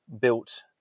built